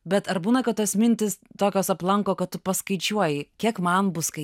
bet ar būna kad tos mintys tokios aplanko kad tu paskaičiuoji kiek man bus kai